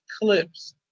clips